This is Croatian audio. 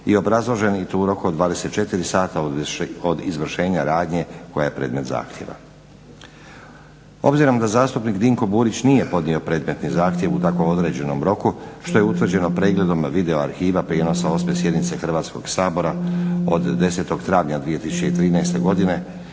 i obrazložen i to u roku od 24 sata od izvršenja radnje koja je predmet zahtjeva. Obzirom da zastupnik Dinko Burić nije podnio predmetni zahtjev u tako određenom roku što je utvrđeno na pregledom video arhiva prijenosa osme sjednice Hrvatskoga sabora od 10. travnja 2013.godine